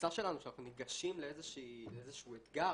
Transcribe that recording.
התפיסה שלנו כשאנחנו ניגשים לאיזשהו אתגר,